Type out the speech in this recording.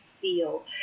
feel